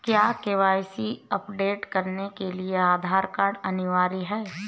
क्या KYC update करने के लिए आधार कार्ड अनिवार्य है?